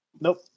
Nope